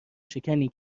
شکنی